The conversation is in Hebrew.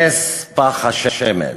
נס פך השמן.